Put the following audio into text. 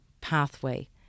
pathway